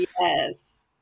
Yes